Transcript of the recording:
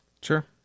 Sure